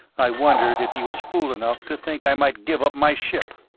i wondered if he was fool enough to think i might give up my ship.